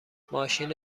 ماشین